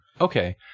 Okay